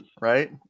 right